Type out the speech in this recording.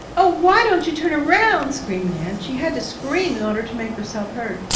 oh, why don't you turn around? screamed nan. she had to scream in order to make herself heard.